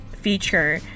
feature